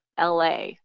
LA